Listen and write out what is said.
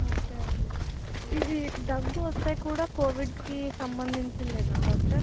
okay అండి ఇది దగ్గు వస్తే కూడా కోవిడ్కి సంబంధించిందేనా డాక్టర్